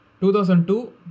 2002